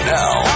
now